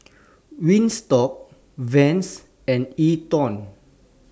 Wingstop Vans and E TWOW